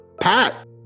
Pat